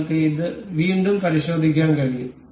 നിങ്ങൾക്ക് ഇത് വീണ്ടും പരിശോധിക്കാൻ കഴിയും